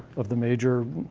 of the major,